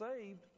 saved